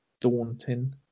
daunting